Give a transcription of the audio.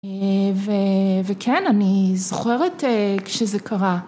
וכן, אני זוכרת כשזה קרה.